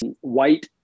white